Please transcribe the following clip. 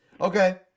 Okay